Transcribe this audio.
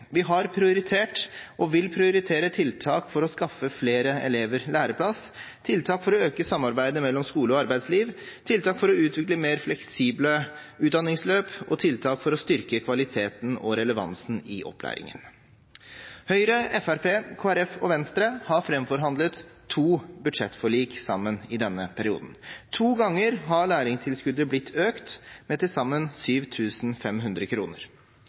Vi har prioritert og vil prioritere tiltak for å skaffe flere elever læreplass, tiltak for å øke samarbeidet mellom skole og arbeidsliv, tiltak for å utvikle mer fleksible utdanningsløp og tiltak for å styrke kvaliteten og relevansen i opplæringen. Høyre, Fremskrittspartiet, Kristelig Folkeparti og Venstre har framforhandlet to budsjettforlik sammen i denne perioden. To ganger har lærlingtilskuddet blitt økt med til sammen